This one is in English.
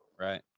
Right